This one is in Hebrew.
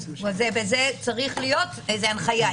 בזה צריכה להיות הנחיה.